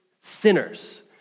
sinners